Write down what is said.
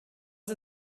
are